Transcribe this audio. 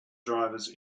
drivers